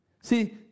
See